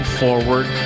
forward